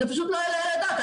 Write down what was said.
זה פשוט לא יעלה על הדעת.